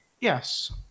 Yes